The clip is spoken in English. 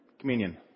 communion